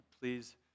please